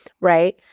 Right